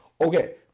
Okay